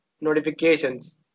notifications